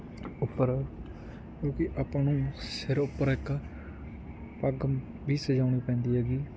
ਉੱਪਰ ਕਿਉਂਕਿ ਆਪਾਂ ਨੂੰ ਸਿਰ ਉੱਪਰ ਇੱਕ ਪੱਗ ਵੀ ਸਜਾਉਣੀ ਪੈਂਦੀ ਹੈਗੀ